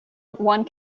one